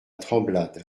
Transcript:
tremblade